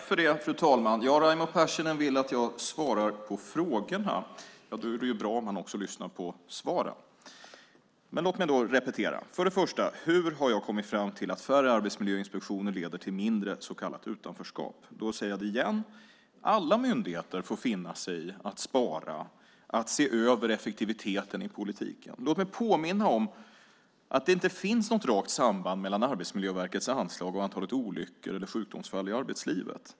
Fru talman! Raimo Pärssinen vill att jag ska svara på frågorna. Då är det bra om han lyssnar på svaren. Jag ska repetera. Hur har jag kommit fram till att färre arbetsmiljöinspektioner leder till mindre så kallat utanförskap? Jag säger det igen: Alla myndigheter får finna sig i att spara och se över effektiviteten i politiken. Låt mig påminna om att det inte finns något rakt samband mellan Arbetsmiljöverkets anslag och antalet olyckor eller sjukdomsfall i arbetslivet.